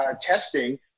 testing